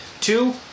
Two